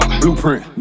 blueprint